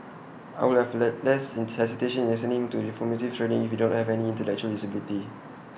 I would have had less hesitation in sending him to reformative training if he don't have any intellectual disability